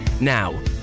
Now